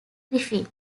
griffin